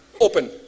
open